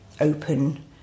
open